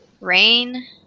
Rain